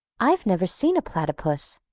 i've never seen a platypus,